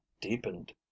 deepened